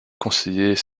conseiller